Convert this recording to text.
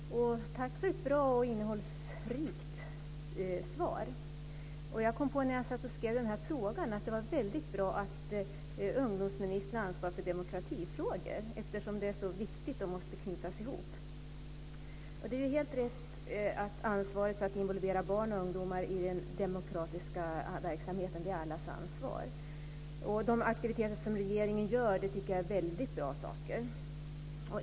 Herr talman! Tack för ett bra och innehållsrikt svar. När jag satt och skrev den här frågan kom jag på att det är väldigt bra att ungdomsministern har ansvar för demokratifrågor, eftersom det är så viktigt och måste knytas ihop. Det är helt rätt att ansvaret för att involvera barn och ungdomar i den demokratiska verksamheten är allas ansvar. De aktiviteter som regeringen har tycker jag är väldigt bra.